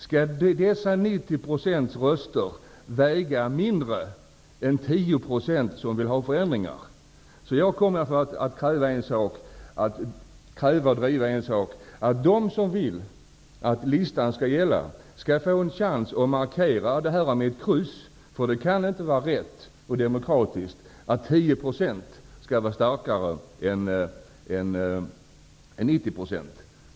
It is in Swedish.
Skall dessa 90 % röster väga mindre än 10 % röster, röster för förändringar? Jag kommer att driva och kräva att de som vill att listan skall gälla skall få en chans att markera detta genom ett kryss. Det kan nämligen inte vara vare sig rätt eller demokratiskt att 10 % skall väga tyngre än 90 %.